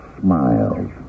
smiles